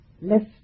left